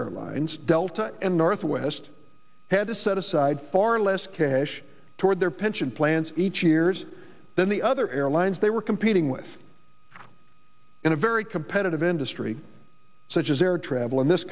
airlines delta and northwest had to set aside far less cash toward their pension plans each years than the other airlines they were competing with in a very competitive industry such as air travel in this